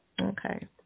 Okay